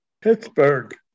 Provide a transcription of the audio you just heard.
Pittsburgh